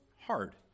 hard